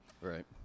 Right